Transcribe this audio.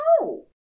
no